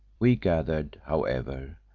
we gathered, however,